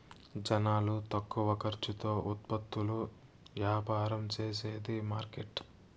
జనాలు తక్కువ ఖర్చుతో ఉత్పత్తులు యాపారం చేసేది మార్కెట్